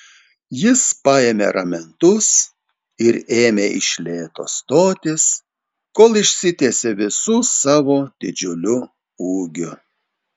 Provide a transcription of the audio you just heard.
jis paėmė ramentus ir ėmė iš lėto stotis kol išsitiesė visu savo didžiuliu ūgiu